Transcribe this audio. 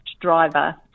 driver